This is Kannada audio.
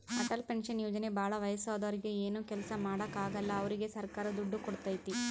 ಅಟಲ್ ಪೆನ್ಶನ್ ಯೋಜನೆ ಭಾಳ ವಯಸ್ಸಾದೂರಿಗೆ ಏನು ಕೆಲ್ಸ ಮಾಡಾಕ ಆಗಲ್ಲ ಅವ್ರಿಗೆ ಸರ್ಕಾರ ದುಡ್ಡು ಕೋಡ್ತೈತಿ